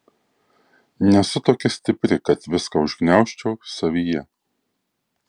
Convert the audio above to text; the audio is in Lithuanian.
nesu tokia stipri kad viską užgniaužčiau savyje